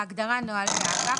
בהגדרה "נוהלי האגף",